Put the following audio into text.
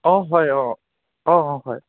অঁ হয় অঁ অঁ অঁ হয়